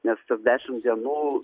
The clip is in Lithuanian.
nes tas dešimt dienų